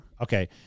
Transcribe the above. Okay